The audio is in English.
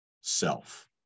self